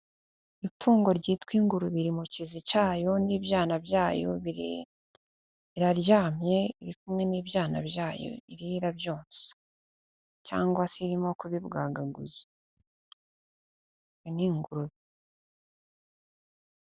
Itungo ryitwa ingurube iri mu cyizu cyayo n'ibyana byayo biraryamye, iri kumwe n'ibyana byayo iriho irabyonsa cyangwa se irimo kubibwagaguza, iyi ni ingurube.